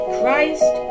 Christ